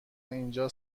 اینجا